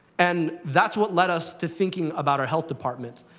and that's what led us to thinking about our health department,